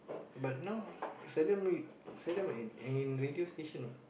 but now seldom read seldom I'm in radio station what